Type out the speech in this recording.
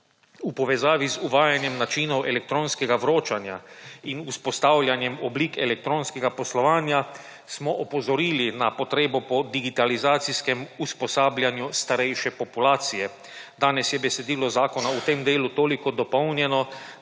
V povezavi z uvajanjem načinov elektronskega vročanja in vzpostavljanjem oblik elektronskega poslovanja smo opozorili na potrebo po digitalizacijskem usposabljanju starejše populacije. **86. TRAK: (NM) – 17.05** (nadaljevanje) Danes je besedilo zakona v tem delu toliko dopolnjeno,